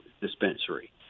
dispensary